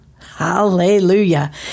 Hallelujah